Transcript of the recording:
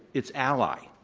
its ally.